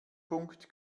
punkt